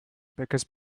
because